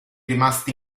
rimasti